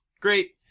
great